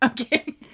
Okay